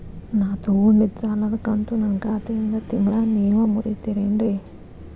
ನಾ ತೊಗೊಂಡಿದ್ದ ಸಾಲದ ಕಂತು ನನ್ನ ಖಾತೆಯಿಂದ ತಿಂಗಳಾ ನೇವ್ ಮುರೇತೇರೇನ್ರೇ?